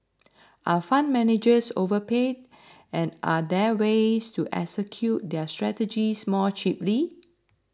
are fund managers overpaid and are there ways to execute their strategies more cheaply